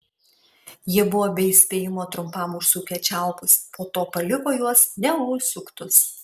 jie buvo be įspėjimo trumpam užsukę čiaupus po to paliko juos neužsuktus